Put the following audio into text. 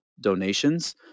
donations